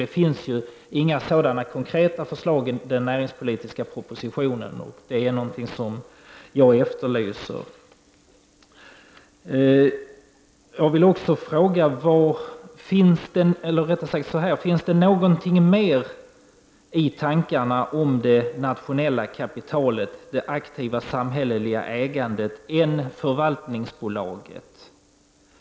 Det finns ju inga sådana konkreta förslag i den näringspolitiska propositionen, och det är någonting som jag efterlyser. Jag vill också fråga: Finns det någonting mer i tankarna om det nationella kapitalet, att aktivera det samhälleliga ägandet, än förvaltningsbolaget?